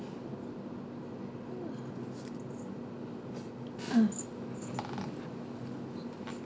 ah